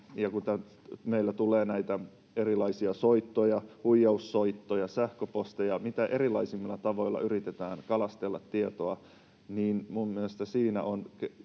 meille tulee näitä erilaisia huijaussoittoja, sähköposteja — mitä erilaisimmilla tavoilla yritetään kalastella tietoa — niin minun mielestäni siinä on